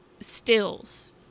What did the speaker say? stills